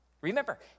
Remember